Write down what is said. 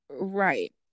Right